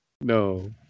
No